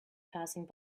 passing